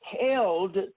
held